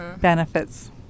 benefits